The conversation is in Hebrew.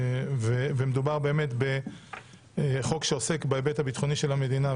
מדובר כאן בחוק שעוסק בהיבט הביטחוני של המדינה,